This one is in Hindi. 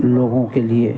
लोगों के लिए